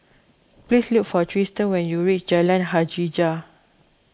please look for Tristen when you reach Jalan Hajijah